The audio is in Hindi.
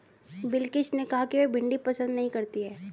बिलकिश ने कहा कि वह भिंडी पसंद नही करती है